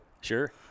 Sure